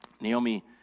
Naomi